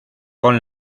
con